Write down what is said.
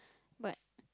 but